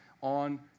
on